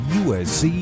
usc